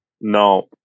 No